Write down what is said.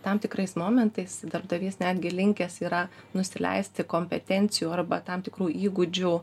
tam tikrais momentais darbdavys netgi linkęs yra nusileisti kompetencijų arba tam tikrų įgūdžių